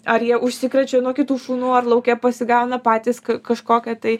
ar jie užsikrečia nuo kitų šunų ar lauke pasigauna patys kažkokią tai